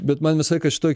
bet man visą laiką šitoj